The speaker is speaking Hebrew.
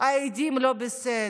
העדים לא בסדר,